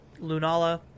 Lunala